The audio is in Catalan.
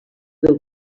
del